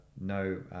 no